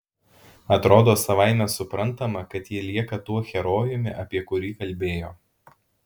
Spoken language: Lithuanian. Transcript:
atrodo savaime suprantama kad ji lieka tuo herojumi apie kurį kalbėjo